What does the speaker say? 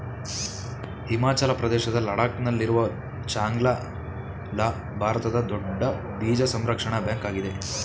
ಹಿಮಾಚಲ ಪ್ರದೇಶದ ಲಡಾಕ್ ನಲ್ಲಿರುವ ಚಾಂಗ್ಲ ಲಾ ಭಾರತದ ದೊಡ್ಡ ಬೀಜ ಸಂರಕ್ಷಣಾ ಬ್ಯಾಂಕ್ ಆಗಿದೆ